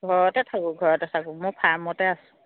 ঘৰতে থাকোঁ ঘৰতে থাকোঁ মোৰ ফাৰ্মতে আছে